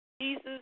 Jesus